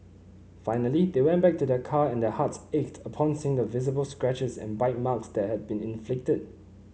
finally they went back to their car and their heart ached upon seeing the visible scratches and bite marks that had been inflicted